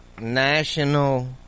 National